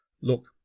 Look